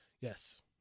Yes